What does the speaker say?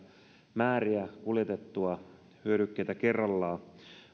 määriä hyödykkeitä kerrallaan